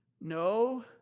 no